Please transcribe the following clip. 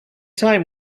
time